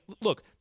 look